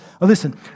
Listen